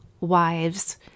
wives